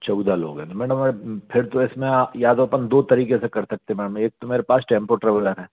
चौदह लोग है मैडम फिर तो इसमें आप या तो अपन दो तरीक़े से कर सकते है एक तो मेरे पास टेम्पू ट्रोवलर है